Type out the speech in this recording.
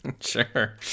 Sure